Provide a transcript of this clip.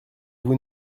vous